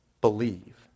believe